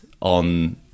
on